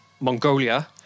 Mongolia